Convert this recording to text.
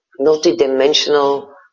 multidimensional